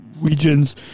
regions